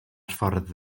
ffordd